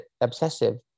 obsessive